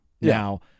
Now